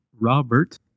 Robert